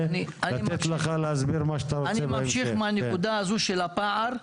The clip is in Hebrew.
אני ממשיך מהנקודה הזו של הפער.